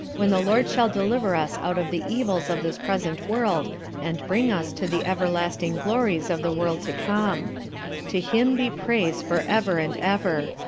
when the lord shall deliver us out of the evils of this present world and bring us to the everlasting glories of the world to come to him be praise for ever and ever,